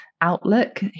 outlook